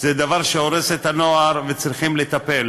זה דבר שהורס את הנוער, וצריכים לטפל